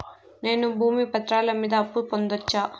నేను భూమి పత్రాల మీద అప్పు పొందొచ్చా?